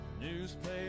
Newspaper